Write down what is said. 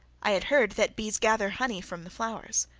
i had heard that bees gather honey from the flowers.